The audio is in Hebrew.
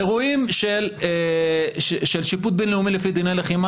אירועים של שיפוט בין-לאומי לפי דיני לחימה,